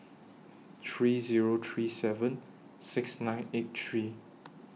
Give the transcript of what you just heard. three Zero three seven six nine eight three